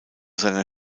seiner